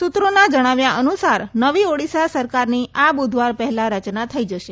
સૂત્રોના જણાવ્યા અનુસાર નવી ઓડિશા સરકારની આ બુધવાર પહેલા રચના થઈ જશે